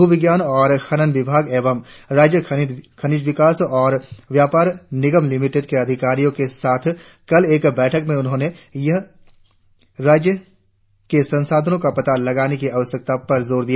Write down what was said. भू विज्ञान और खनन विभाग एवं राज्य खनिज विकास और व्यापार निगम लिमिटेड के अधिकारियों के साथ कल एक बैठक में उन्होंने राज्य के संसाधनों का पता लगाने की आवश्यकता पर जोर दिया